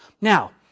Now